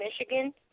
Michigan